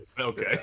Okay